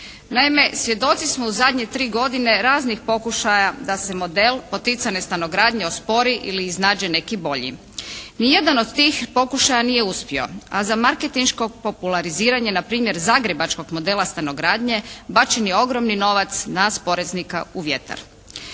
Naime svjedoci smo u zadnje 3 godine raznih pokušaja da se model poticanje stanogradnje ospori ili iznađe neki bolji. Ni jedan od tih pokušaja nije uspio. A za marketinško populariziranje npr. zagrebačkog modela stanogradnje bačen je ogromni novac nas poreznika u vjetar.